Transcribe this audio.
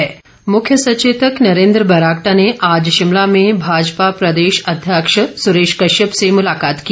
बरागटा मुख्य सचेतक नरेन्द्र बरागटा ने आज शिमला में भाजपा प्रदेश अध्यक्ष सुरेश कश्यप से मुलाकात की